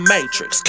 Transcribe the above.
Matrix